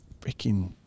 freaking